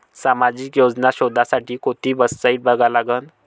सामाजिक योजना शोधासाठी कोंती वेबसाईट बघा लागन?